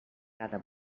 cada